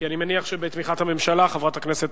כי אני מניח שבתמיכת הממשלה חברת הכנסת